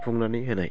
सुफुंनानै होनाय